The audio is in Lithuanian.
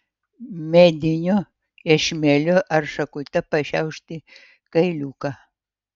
mediniu iešmeliu ar šakute pašiaušti kailiuką